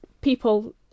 people